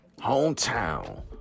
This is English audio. hometown